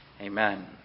Amen